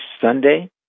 Sunday